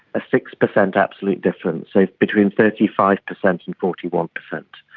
a six percent absolute difference, so between thirty five percent and forty one percent,